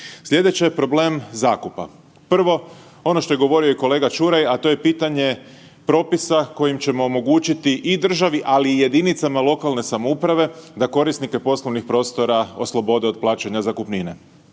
Slijedeće je problem zakupa. Prvo, ono što je govorio i kolega Ćuraj, a to je pitanje propisa kojim ćemo omogućiti i državi, ali i jedinicama lokalne samouprave da korisnike poslovnih prostora oslobode od plaćanja zakupnine.